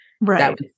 right